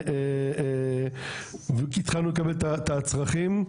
התחלנו לקבל את הצרכים,